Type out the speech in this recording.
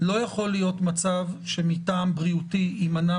לא יכול להיות מצב שמטעם בריאותי יימנע